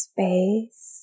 Space